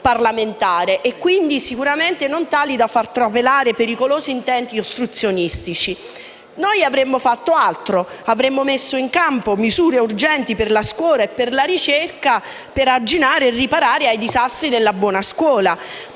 e, quindi, non tale da far trapelare pericolosi intenti ostruzionistici. Noi avremmo fatto altro. Avremmo messo in campo misure urgenti per la scuola e la ricerca al fine di arginare e riparare i disastri della buona scuola,